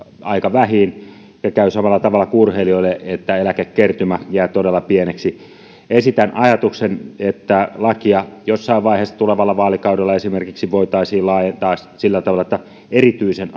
aika vähiin ja käy samalla tavalla kuin urheilijoille että eläkekertymä jää todella pieneksi esitän ajatuksen että lakia jossain vaiheessa esimerkiksi tulevalla vaalikaudella voitaisiin laajentaa sillä tavalla että erityisen